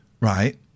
right